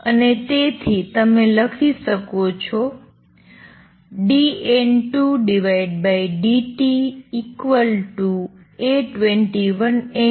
અને તેથી તમે લખી શકો છો dN2dt A21N2